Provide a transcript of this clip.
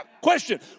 question